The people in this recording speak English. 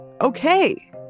okay